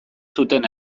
zuten